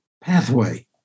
pathway